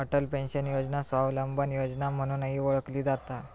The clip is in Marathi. अटल पेन्शन योजना स्वावलंबन योजना म्हणूनही ओळखली जाता